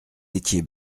étiez